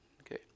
okay